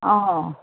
অঁ